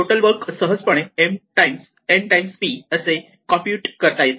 total work सहजपणे m times n times p असे compute करता येते